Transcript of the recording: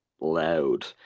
Loud